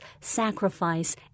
sacrifice